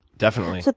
definitely.